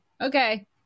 okay